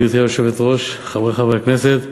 גברתי היושבת-ראש, תודה, חברי חברי הכנסת,